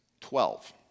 Twelve